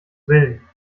willen